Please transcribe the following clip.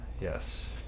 Yes